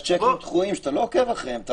יש שיקים דחויים שאתה לא עוקב אחריהם,